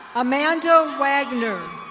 amanda wagner.